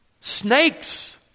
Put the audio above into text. snakes